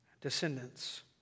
descendants